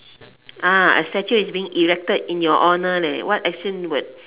ah a statue is being erected in your honour leh what action would